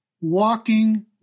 Walking